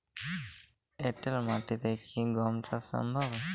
এঁটেল মাটিতে কি গম চাষ সম্ভব?